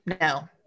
No